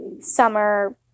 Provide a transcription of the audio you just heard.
summer